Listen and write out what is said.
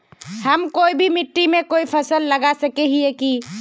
हम कोई भी मिट्टी में कोई फसल लगा सके हिये की?